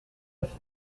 have